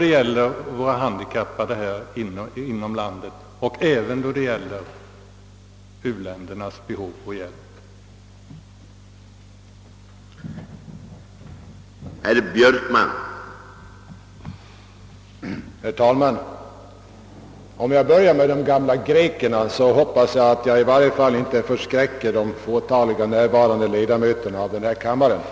Det gäller såväl beträffande de handikappade inom landet som även beträffande u-ländernas hjälpbehov.